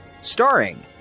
starring